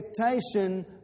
expectation